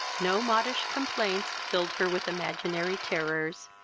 no modish complaints filled her with imaginary terrors,